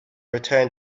return